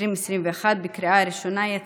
מזרים והפקת נתוני זיהוי ביומטריים),